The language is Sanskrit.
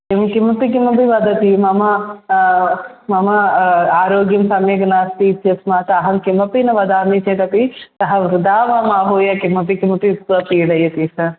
किं किमपि किमपि वदति मम मम आरोग्यं सम्यक् नास्ति इत्यस्मात् अहं किमपि न वदामि चेदपि सः वृथा मां आहूय किमपि किमपि उक्त्वा पीडयति सर्